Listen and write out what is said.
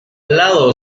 lado